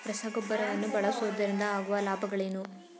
ರಸಗೊಬ್ಬರವನ್ನು ಬಳಸುವುದರಿಂದ ಆಗುವ ಲಾಭಗಳೇನು?